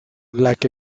like